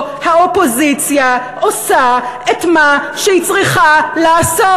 האופוזיציה עושה את מה שהיא צריכה לעשות"